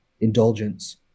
indulgence